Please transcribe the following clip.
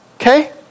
Okay